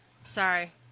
Sorry